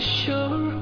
sure